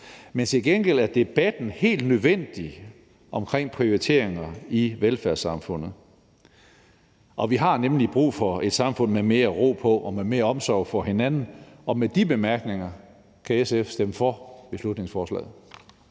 Men til gengæld er debatten omkring prioriteringer i velfærdssamfundet helt nødvendig, og vi har nemlig brug for et samfund med mere ro på og med mere omsorg for hinanden. Med de bemærkninger kan SF stemme for beslutningsforslaget.